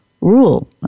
rule